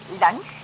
lunch